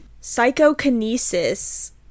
Psychokinesis